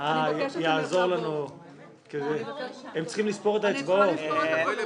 אין ההסתייגות (1) של סיעת המחנה הציוני לסעיף 1